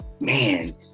man